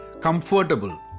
comfortable